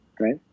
Right